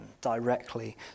directly